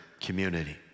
community